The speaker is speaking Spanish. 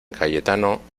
cayetano